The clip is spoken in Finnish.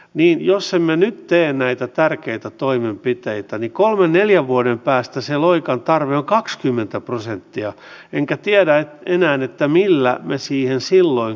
niin jos emme nyt tee näitä tärkeitä toimenpiteitä kolmen neljän vuoden päästä se loi kanta valtion pitää kantaa vastuuta myös liikennehankkeista eikä sälyttää vastuuta kunnille